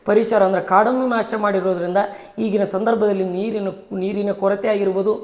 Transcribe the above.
ಪರಿಸರ ಅಂದರೆ ಕಾಡನ್ನೂ ನಾಶ ಮಾಡಿರೋದರಿಂದ ಈಗಿನ ಸಂದರ್ಭದಲ್ಲಿ ನೀರಿನ ನೀರಿನ ಕೊರತೆ ಆಗಿರ್ಬೋದು